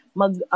mag